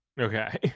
Okay